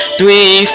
Three